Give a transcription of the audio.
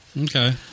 Okay